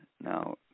Now